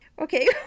Okay